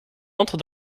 entre